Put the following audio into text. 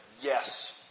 yes